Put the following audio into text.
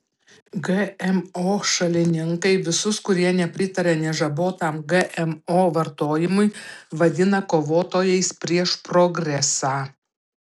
gmo šalininkai visus kurie nepritaria nežabotam gmo vartojimui vadina kovotojais prieš progresą